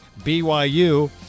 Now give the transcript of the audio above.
BYU